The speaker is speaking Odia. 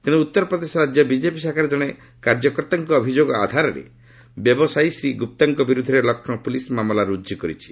ତେଣେ ଉତ୍ତରପ୍ରଦେଶ ରାଜ୍ୟ ବିଜେପି ଶାଖାର ଜଣେ କାର୍ଯ୍ୟକର୍ତ୍ତାଙ୍କ ଅଭିଯୋଗ ଆଧାରରେ ବ୍ୟବସାୟୀ ଶ୍ରୀ ଗୁପ୍ତାଙ୍କ ବିରୁଦ୍ଧରେ ଲକ୍ଷ୍ନୌ ପୁଲିସ୍ ମାମଲା ରୁଜୁ କରିଛି